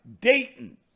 Dayton